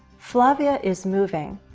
flavia is moving.